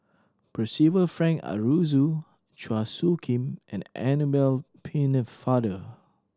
Percival Frank Aroozoo Chua Soo Khim and Annabel Pennefather